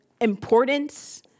importance